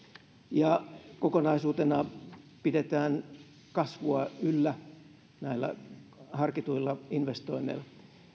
ja pidetään kasvua yllä kokonaisuutena näillä harkituilla investoinneilla